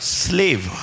slave